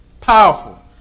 Powerful